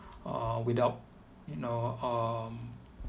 uh without you know um